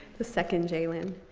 the second jaylen.